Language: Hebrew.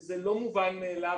זה לא מובן מאליו,